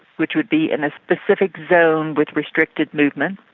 which would be in a specific zone with restricted movement,